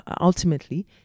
ultimately